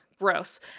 gross